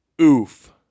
Oof